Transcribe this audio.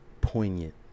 poignant